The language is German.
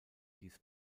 dies